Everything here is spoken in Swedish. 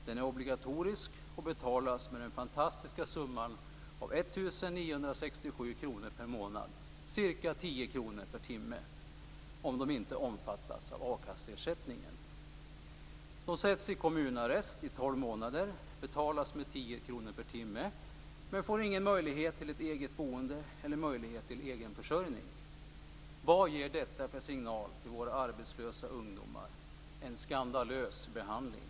Den är obligatorisk och betalas med den fantastiska summan av 1 967 kr per månad, dvs. ca 10 De sätts alltså i "kommunarrest" i tolv månader och betalas med 10 kr per timme men får ingen möjlighet till ett eget boende eller till egen försörjning. Vad ger detta för signal till våra arbetslösa ungdomar? Det är en skandalös behandling.